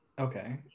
Okay